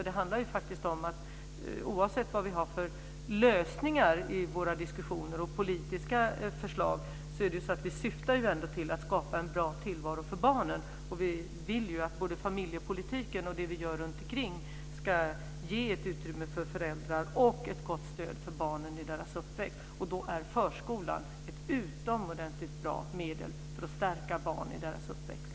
Det handlar om att oavsett vad vi har för lösningar i våra diskussioner och politiska förslag, syftar detta ändå till att skapa en bra tillvaro för barnen. Vi vill ändå att både familjepolitiken och det vi gör runtomkring ska ge ett utrymme för föräldrarna och ett gott stöd för barnen i deras uppväxt. Då är förskolan ett utomordentligt bra medel för att stärka barnen i deras uppväxt.